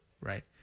right